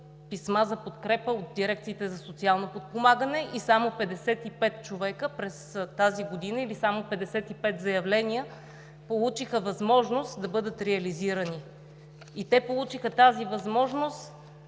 писма за подкрепа от дирекциите за социално подпомагане и само 55 човека през тази година или само 55 заявления получиха възможност да бъдат реализирани. И те получиха тази възможност,